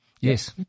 Yes